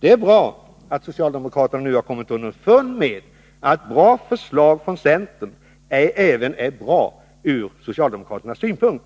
Det är bra att socialdemokraterna nu har kommit underfund med att bra förslag från centern även är bra ur socialdemokraternas synpunkt.